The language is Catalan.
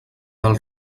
del